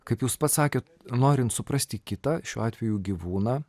kaip jūs pats sakėt norint suprasti kitą šiuo atveju gyvūną